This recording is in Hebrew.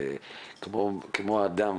כמו שלאדם